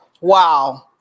wow